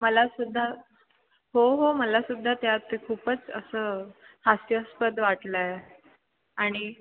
मला सुद्धा हो हो मला सुद्धा त्यात खूपच असं हास्यास्पद वाटलं आहे आणि